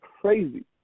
crazy